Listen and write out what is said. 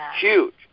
huge